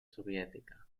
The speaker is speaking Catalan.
soviètica